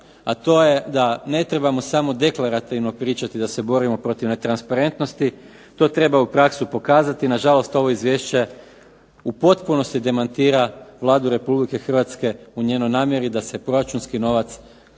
a to je da ne trebamo samo deklarativno pričati da se borimo protiv netransparentnosti to treba u praksi pokazati i nažalost ovo izvješće u potpunosti demantira Vladu RH u njenoj namjeri da se proračunski novac